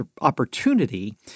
opportunity